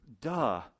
duh